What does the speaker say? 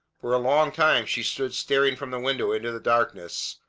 for a long time she stood staring from the window into the darkness,